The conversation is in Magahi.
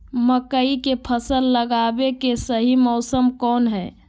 मकई के फसल लगावे के सही मौसम कौन हाय?